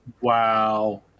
Wow